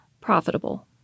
profitable